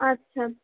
আচ্ছা